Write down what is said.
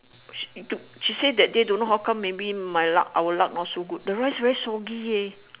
she she say that day don't know how come my luck our luck not so good the rice very soggy leh